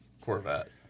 Corvette